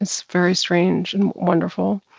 and so very strange and wonderful.